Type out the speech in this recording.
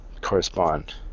correspond